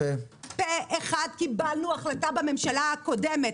פה אחד קיבלנו החלטה בממשלה הקודמת,